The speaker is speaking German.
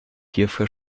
hierfür